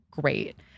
great